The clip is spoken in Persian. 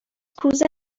کوزه